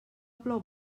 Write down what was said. plou